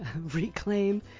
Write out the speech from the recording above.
reclaim